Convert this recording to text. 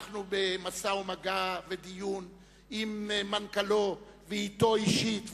אנחנו במשא-ומתן ודיון עם מנכ"לו ואתו אישית,